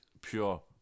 pure